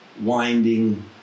winding